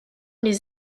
les